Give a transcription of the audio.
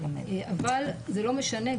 אבל זה לא משנה,